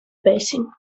basin